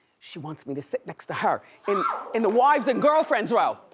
she wants me to sit next to her in in the wives and girlfriends row.